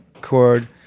chord